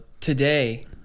Today